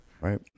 right